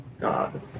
God